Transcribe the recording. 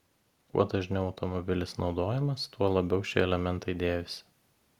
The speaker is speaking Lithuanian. kuo dažniau automobilis naudojamas tuo labiau šie elementai dėvisi